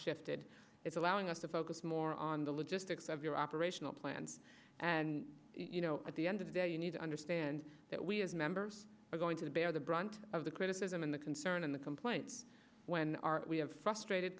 shifted it's allowing us to focus more on the logistics of your operational plans and you know at the end of the day you need to understand that we as members are going to bear the brunt of the criticism and the concern in the complaint when our we have frustrated